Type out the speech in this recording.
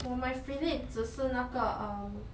我买 philips 只是那个 um